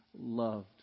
loved